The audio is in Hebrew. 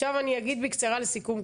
עכשיו אני אגיד בקצרה לסיכום.